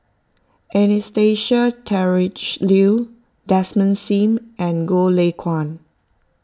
Anastasia Tjendri Liew Desmond Sim and Goh Lay Kuan